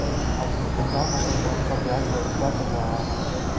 अभी Punjab National Bank का ब्याज दर क्या चल रहा है?